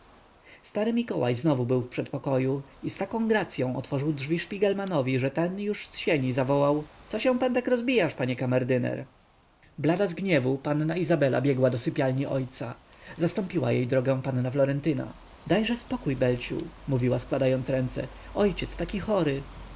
stary mikołaj znowu był w przedpokoju i z taką gracyą otworzył drzwi szpigelmanowi że ten już z sieni zawołał co się pan tak rozbijasz panie kamerdyner blada z gniewu panna izabela biegła do sypialni ojca zastąpiła jej drogę panna florentyna dajże spokój belciu mówiła składając ręce ojciec taki chory